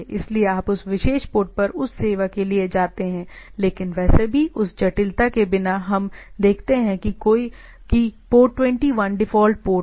इसलिए आप उस विशेष पोर्ट पर उस सेवा के लिए जाते हैं लेकिन वैसे भी उस जटिलता के बिना हम देखते हैं कि पोर्ट 21 डिफ़ॉल्ट पोर्ट है